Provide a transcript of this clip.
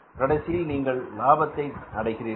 கடைசியில் நீங்கள் லாபத்தை அடைகிறீர்கள்